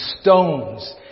stones